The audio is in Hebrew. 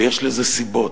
ויש לזה סיבות.